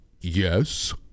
Yes